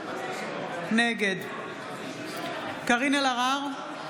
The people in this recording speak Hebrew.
נגד קארין אלהרר,